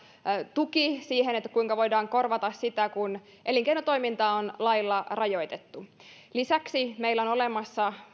tuki siihen kuinka voidaan korvata sitä kun elinkeinotoimintaa on lailla rajoitettu lisäksi meillä on olemassa